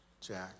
Jack